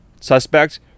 suspect